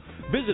Visit